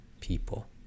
people